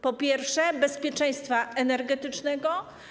Po pierwsze, bezpieczeństwa energetycznego.